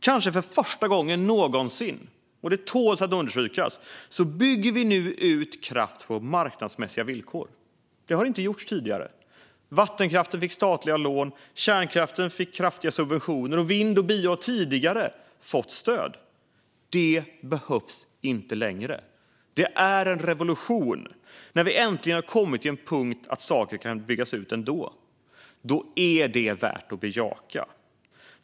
Kanske för första gången någonsin - det tål att understrykas - bygger vi nu ut kraft på marknadsmässiga villkor. Det har inte gjorts tidigare. Vattenkraften fick statliga lån och kärnkraften kraftiga subventioner, och vind och biokraft har tidigare fått stöd. Det behövs inte längre. Det är en revolution att vi äntligen kommit till en punkt där saker kan byggas ut ändå, och det är värt att bejaka.